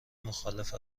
مخالف